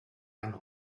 hanno